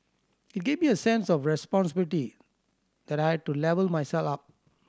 it gave me a sense of responsibility that I to level myself up